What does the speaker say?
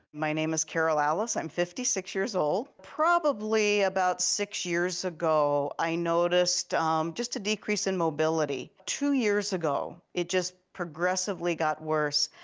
my name is carol allis. i'm fifty six years old. probably about six years ago, i noticed just a decrease in mobility. two years ago it just progressively got worse.